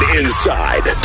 inside